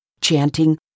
chanting